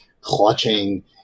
clutching